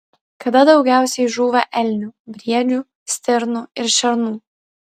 kada daugiausiai žūva elnių briedžių stirnų ir šernų